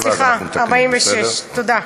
אה, סליחה, 46. תודה.